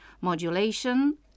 modulation